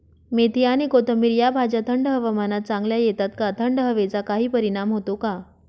मेथी आणि कोथिंबिर या भाज्या थंड हवामानात चांगल्या येतात का? थंड हवेचा काही परिणाम होतो का?